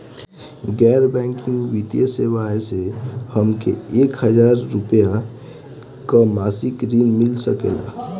गैर बैंकिंग वित्तीय सेवाएं से हमके एक हज़ार रुपया क मासिक ऋण मिल सकेला?